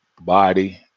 body